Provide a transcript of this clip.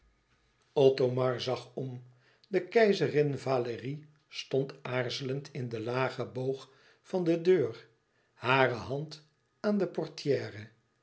othomar zag om de keizerin valérie stond aarzelend in den lagen boog van de deur hare hand aan de portière